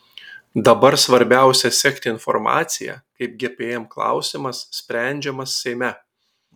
dabar svarbiausia sekti informaciją kaip gpm klausimas sprendžiamas seime